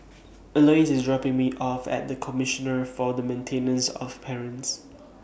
Elouise IS dropping Me off At The Commissioner For The Maintenance of Parents